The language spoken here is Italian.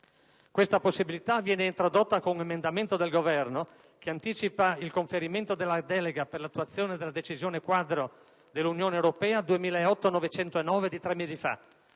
Questa possibilità viene introdotta con un emendamento del Governo (che anticipa il conferimento della delega per l'attuazione della decisione quadro dell'Unione europea del 2008/909/GAI di tre mesi fa)